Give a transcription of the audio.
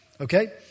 okay